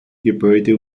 gebäude